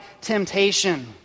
temptation